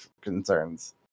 concerns